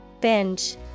Binge